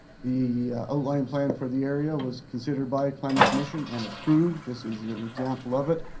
the outline plan for the area was considered by planning commission and approved. this is an example of it.